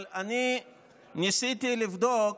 אבל אני ניסיתי לבדוק,